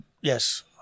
Yes